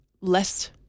less